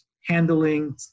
handling